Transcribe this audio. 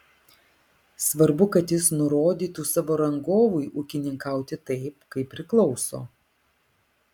svarbu kad jis nurodytų savo rangovui ūkininkauti taip kaip priklauso